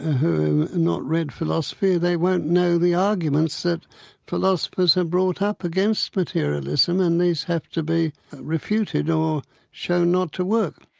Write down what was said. who have not read philosophy they won't know the arguments that philosophers have brought up against materialism and these have to be refuted or shown not to work.